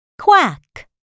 quack